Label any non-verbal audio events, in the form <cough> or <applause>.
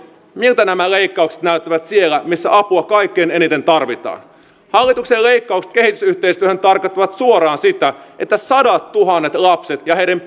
miltä nämä leikkaukset näyttävät siellä missä apua kaikkein eniten tarvitaan hallituksen leikkaukset kehitysyhteistyöhön tarkoittavat suoraan sitä että sadattuhannet lapset ja heidän <unintelligible>